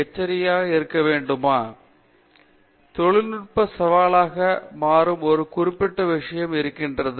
பேராசிரியர் ராஜேஷ் குமார் சரி தொழில்நுட்ப சவாலாக மாறும் ஒரு குறிப்பிட்ட விஷயம் இருக்கிறது